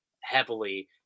heavily